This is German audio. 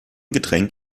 getränk